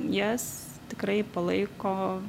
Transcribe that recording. jas tikrai palaiko